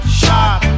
shot